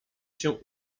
się